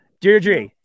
Deirdre